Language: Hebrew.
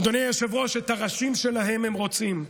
אדוני היושב-ראש, את הראשים שלהם הם רוצים.